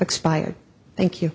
expired thank you